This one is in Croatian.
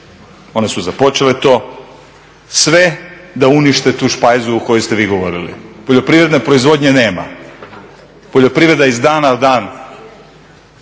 one su započele to, sve da unište tu špajzu o kojoj ste vi govorili. Poljoprivredne proizvodnje nema, poljoprivreda iz dana u dan